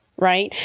right.